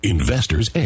Investor's